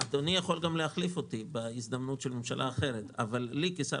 אדוני יכול גם להחליף אותי בהזדמנות של ממשלה אחרת אבל לי כשר